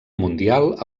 mundial